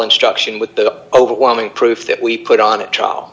instruction with the overwhelming proof that we put on a trial